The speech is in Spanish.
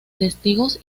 testigos